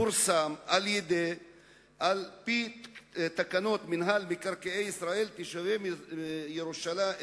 פורסם שעל-פי תקנות מינהל מקרקעי ישראל, תושבי